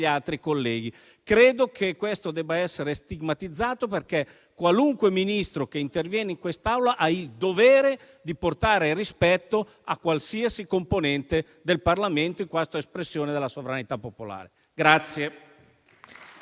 altri colleghi. Credo che questo debba essere stigmatizzato, perché qualunque Ministro che interviene in quest'Aula ha il dovere di portare rispetto a qualsiasi componente del Parlamento, in quanto espressione della sovranità popolare.